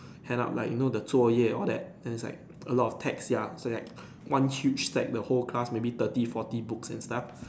hand out like you know the 作业:Zuo Ye all that then is like a lot of text ya so that one huge stack the whole class maybe thirty forty books and stuff